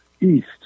east